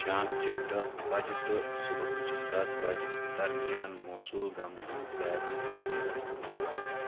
شامچِہ دہ بجِہ تہٕ صبحٲچِہ سَتھ بجہِ درمیان موصوٗل گَمژن سارنٕے ای میلن ہُند جواب دِ